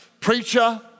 preacher